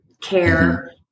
care